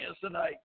tonight